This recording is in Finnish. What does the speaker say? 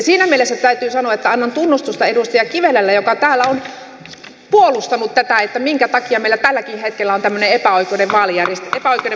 siinä mielessä täytyy sanoa että annan tunnustusta edustaja kivelälle joka täällä on puolustanut tätä ja kyseenalaistanut minkä takia meillä tälläkin hetkellä on tämmöinen epäoikeudenmukainen vaalijärjestelmä käytössä